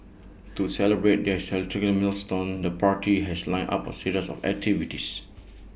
to celebrate their milestone the party has lined up A series of activities